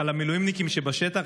אבל המילואימניקים שבשטח,